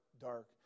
dark